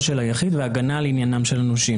של היחיד והגנה על עניינם של הנושים".